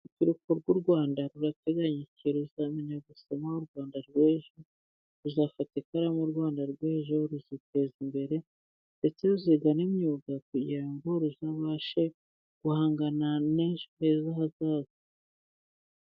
Urubyiruko rw'u Rwanda rurateganyaki ruzamenya gusoma, u Rwanda rw'ejo ruzafata ikaramu, u Rwanda rw'ejo ruziteza imbere, ndetse ruziga n'imyuga kugira ngo ruzabashe guhangana n'ejo hejo hazaza.